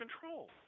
control